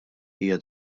hija